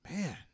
Man